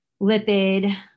lipid